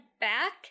back